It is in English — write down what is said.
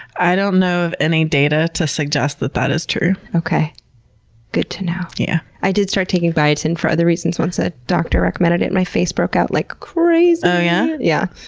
i don't know of any data to suggest that that is true. good to know. yeah i did start taking biotin for other reasons. once a doctor recommended it. my face broke out like crazy! oh, yeah? yeah